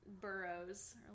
burrows